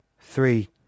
three